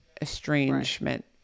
estrangement